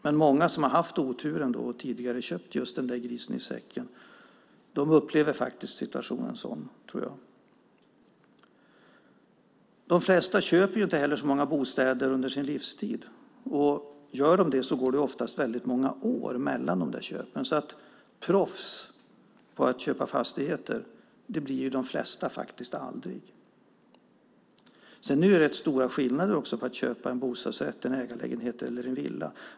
Men många som har haft oturen och tidigare köpt just den där grisen i säcken upplever faktiskt situationen så, tror jag. De flesta köper inte heller så många bostäder under sin livstid. Gör de det går det oftast väldigt många år mellan de där köpen. Proffs på att köpa fastigheter blir de flesta faktiskt aldrig. Det är rätt stora skillnader också mellan att köpa en bostadsrätt, en ägarlägenhet eller en villa.